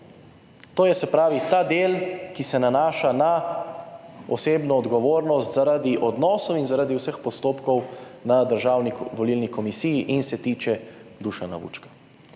To je ta del, ki se nanaša na osebno odgovornost, zaradi odnosov in zaradi vseh postopkov na Državni volilni komisiji in se tiče Dušana Vučka.